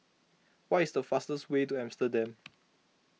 what is the fastest way to Amsterdam